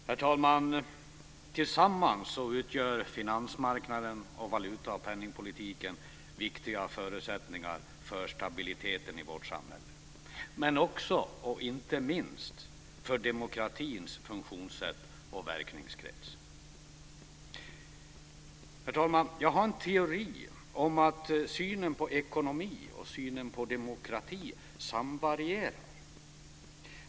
Herr talman! Tillsammans utgör finansmarknaden och valuta och penningpolitiken viktiga förutsättningar för stabiliteten i vårt samhälle men också, inte minst, för demokratins funktionssätt och verkningskrets. Herr talman! Jag har en teori om att synen på ekonomi och synen på demokrati samvarierar.